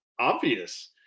obvious